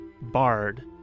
bard